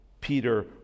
Peter